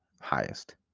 Highest